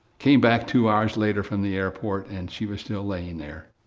came back two hours later from the airport and she was still laying there,